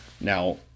Now